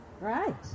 Right